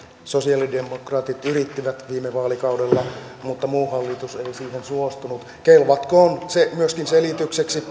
sosialidemokraatit yrittivät viime vaalikaudella mutta muu hallitus ei siihen suostunut kelvatkoon se myöskin perussuomalaisten selitykseksi